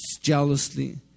jealously